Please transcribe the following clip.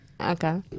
Okay